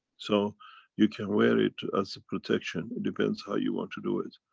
so you can wear it as a protection. it depends how you want to do it.